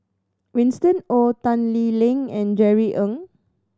Winston Oh Tan Lee Leng and Jerry Ng